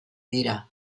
dira